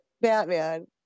Batman